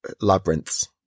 labyrinths